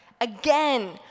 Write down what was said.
Again